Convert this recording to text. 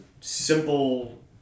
simple